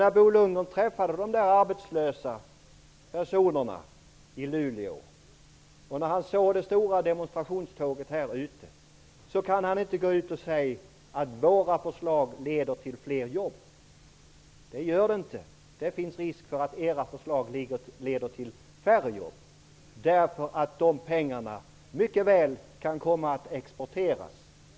När Bo Lundgren träffar de där arbetslösa personerna i Luleå och när han ser det stora demonstrationståget utanför riksdagshuset kan han inte säga till dem: Våra förslag leder till fler jobb. Regeringens förslag leder nämligen inte till fler jobb. Risken finns att regeringens förslag leder till färre jobb, därför att de här bolagspengarna mycket väl kan komma att exporteras.